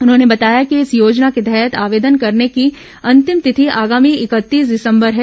उन्होंने बताया कि इस योजना के तहत आवेदन करने की अंतिम तिथि आगामी इकतीस दिसंबर है